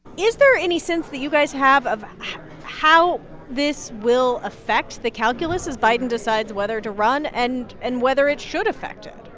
is there any sense that you guys have of how this will affect the calculus as biden decides whether to run and and whether it should affect it?